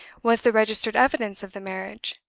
was the registered evidence of the marriage,